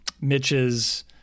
Mitch's